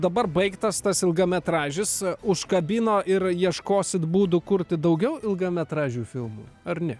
dabar baigtas tas ilgametražis užkabino ir ieškosit būdų kurti daugiau ilgametražių filmų ar ne